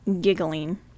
giggling